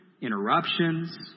interruptions